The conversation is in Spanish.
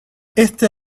este